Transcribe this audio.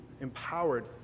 empowered